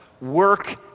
work